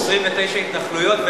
29 התנחלויות,